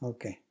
Okay